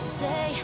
say